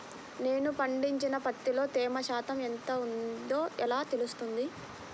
నేను పండించిన పత్తిలో తేమ శాతం ఎంత ఉందో ఎలా తెలుస్తుంది?